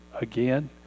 again